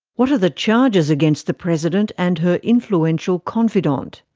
what are the charges against the president and her influential confidant?